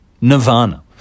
Nirvana